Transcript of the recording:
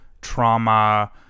trauma